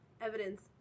evidence